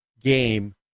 game